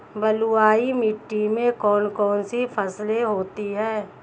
बलुई मिट्टी में कौन कौन सी फसलें होती हैं?